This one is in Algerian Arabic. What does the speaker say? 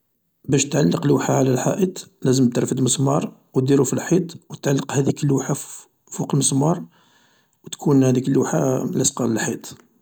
باش تعلق لوحة على الحائط لازم ترفد مسمار و ديرو في الحيط و تعلق هاذيك اللوحة فوق المسار و تكون هاديك اللوحة لاصقة للحيط